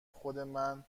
خودمن